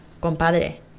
compadre